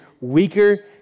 weaker